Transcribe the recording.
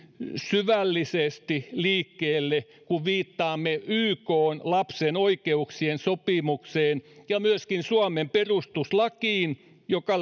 syvällisesti liikkeelle että viittamme ykn lapsen oikeuksien sopimukseen ja myöskin suomen perustuslakiin joka